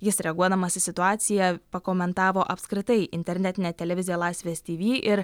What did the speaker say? jis reaguodamas į situaciją pakomentavo apskritai internetinė televizija laisvės tyvy ir